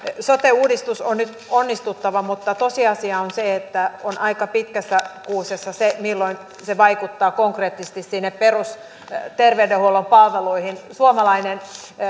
sote uudistuksen on nyt onnistuttava mutta tosiasia on se että on aika pitkässä kuusessa se milloin se vaikuttaa konkreettisesti sinne perusterveydenhuollon palveluihin suomalainen